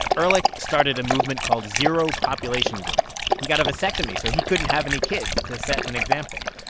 ehrlich started a movement called zero population growth. he got a vasectomy, so he couldn't have any kids, to set an example.